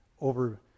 over